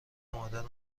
مادرم